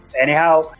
anyhow